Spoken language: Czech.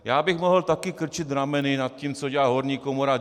Já bych mohl také krčit rameny nad tím, co dělá horní komora.